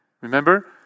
remember